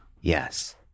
Yes